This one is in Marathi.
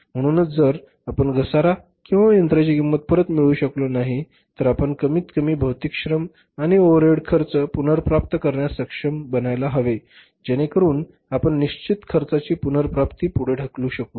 म्हणूनच जर आपण घसारा किंवा यंत्राची किंमत परत मिळवू शकलो नाही तर आपण कमीतकमी भौतिक श्रम आणि ओव्हरहेड खर्च पुनर्प्राप्त करण्यास सक्षम बनायला हवे जेणेकरून आपण निश्चित खर्चाची पुनर्प्राप्ती पुढे ढकलू शकू